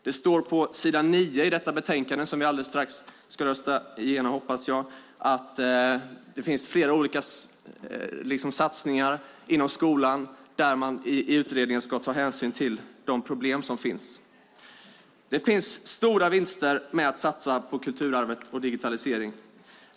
Det står på s. 9 i det betänkande vi alldeles strax ska rösta igenom - hoppas jag - att det finns flera olika satsningar inom skolan där man i utredningen ska ta hänsyn till de problem som finns. Det finns stora vinster med att satsa på kulturarvet och digitalisering.